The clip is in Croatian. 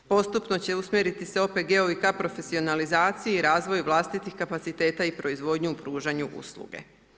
Postupno će usmjeriti se OPG-ovi ka profesionalizaciji i razvoju vlastitih kapaciteta i proizvodnju u pružanju usluge.